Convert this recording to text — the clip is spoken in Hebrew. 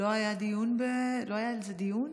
לא היה על זה דיון?